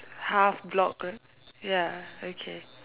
half block ya okay